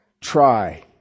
try